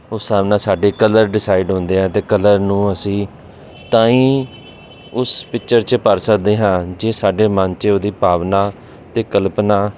ਉਸ ਹਿਸਾਬ ਨਾਲ ਸਾਡੇ ਕਲਰ ਡਿਸਾਈਡ ਹੁੰਦੇ ਆ ਅਤੇ ਕਲਰ ਨੂੰ ਅਸੀਂ ਤਾਂ ਹੀ ਉਸ ਪਿਚਰ 'ਚ ਭਰ ਸਕਦੇ ਹਾਂ ਜੇ ਸਾਡੇ ਮਨ 'ਚ ਉਹਦੀ ਭਾਵਨਾ ਅਤੇ ਕਲਪਨਾ